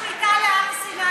מה עניין שמיטה להר סיני?